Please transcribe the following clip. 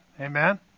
Amen